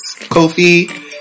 Kofi